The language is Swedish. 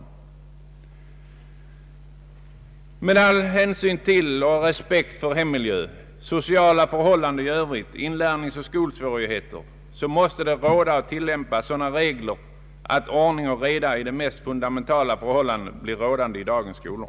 Med all hänsyn till och respekt för hemmiljö, sociala förhållanden i övrigt, inlärningsoch skolsvårigheter så måste det gälla och tillämpas sådana regler att ordning och reda i dessa så fundamentala förhållanden blir rådande i dagens skolor.